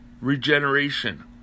Regeneration